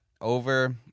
over